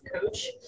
coach